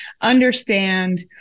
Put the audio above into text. understand